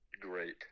great